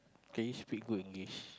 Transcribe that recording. can you speak good English